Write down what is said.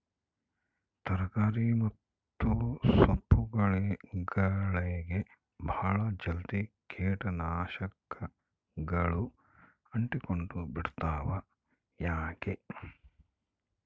ತರಕಾರಿ ಮತ್ತು ಸೊಪ್ಪುಗಳಗೆ ಬಹಳ ಜಲ್ದಿ ಕೇಟ ನಾಶಕಗಳು ಅಂಟಿಕೊಂಡ ಬಿಡ್ತವಾ ಯಾಕೆ?